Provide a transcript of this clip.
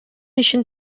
ишин